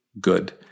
good